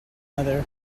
another